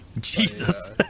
Jesus